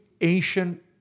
ancient